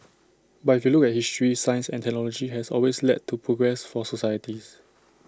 but if you look at history science and technology has always led to progress for societies